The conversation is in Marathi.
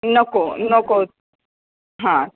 नको नको हा